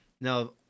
Now